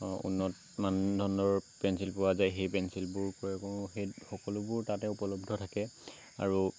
উন্নত মানদণ্ডৰ পেঞ্চিল পোৱা যায় সেই পেঞ্চিলবোৰ ক্ৰয় কৰোঁ সেই সকলোবোৰ তাতে উপলব্ধ থাকে আৰু